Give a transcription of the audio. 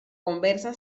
conversa